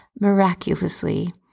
miraculously